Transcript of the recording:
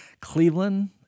Cleveland